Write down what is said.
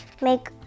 make